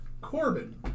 Corbin